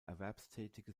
erwerbstätige